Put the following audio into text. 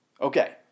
Okay